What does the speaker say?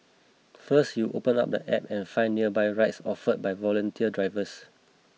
first you open up the app and find nearby rides offered by volunteer drivers